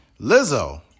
Lizzo